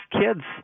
kids